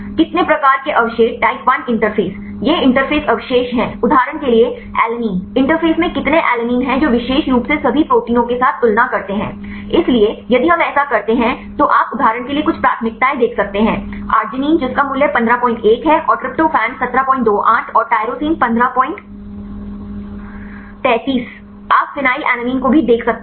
कितने प्रकार के अवशेष टाइप I इंटरफ़ेस ये इंटरफ़ेस अवशेष हैं उदाहरण के लिए एलैनिन इंटरफ़ेस में कितने एलैनिन हैं जो विशेष रूप से सभी प्रोटीनों के साथ तुलना करते हैं इसलिए यदि हम ऐसा करते हैं तो आप उदाहरण के लिए कुछ प्राथमिकताएँ देख सकते हैं आर्गिनिन जिसका मूल्य 151 है और ट्रिप्टोफैन 1728 और टाइरोसिन 1533 आप फेनिलएलनिन को भी देख सकते हैं